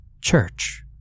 Church